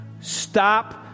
stop